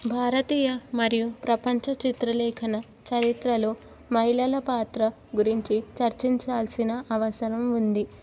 భారతీయ మరియు ప్రపంచ చిత్రలేఖన చరిత్రలో మహిళల పాత్ర గురించి చర్చించాల్సిన అవసరం ఉంది